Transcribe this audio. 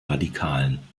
radikalen